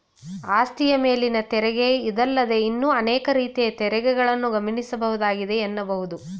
ಆಸ್ತಿಯ ಮೇಲಿನ ತೆರಿಗೆ ಇದಲ್ಲದೇ ಇನ್ನೂ ಅನೇಕ ರೀತಿಯ ತೆರಿಗೆಗಳನ್ನ ಗಮನಿಸಬಹುದಾಗಿದೆ ಎನ್ನಬಹುದು